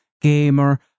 Gamer